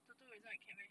totoro isn't a cat meh